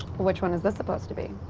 which one is this supposed to be?